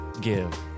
give